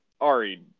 Ari